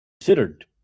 considered